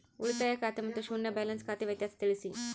ಉಳಿತಾಯ ಖಾತೆ ಮತ್ತೆ ಶೂನ್ಯ ಬ್ಯಾಲೆನ್ಸ್ ಖಾತೆ ವ್ಯತ್ಯಾಸ ತಿಳಿಸಿ?